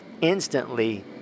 instantly